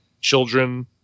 children